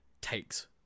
takes